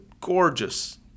gorgeous